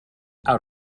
out